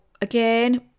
again